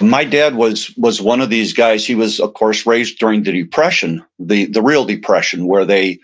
my dad was was one of these guys, he was of course raised during the depression, the the real depression where they